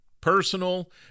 Personal